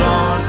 on